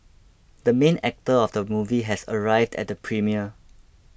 the main actor of the movie has arrived at the premiere